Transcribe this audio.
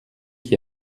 qui